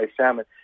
salmon